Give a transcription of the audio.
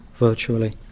virtually